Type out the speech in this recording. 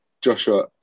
Joshua